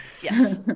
Yes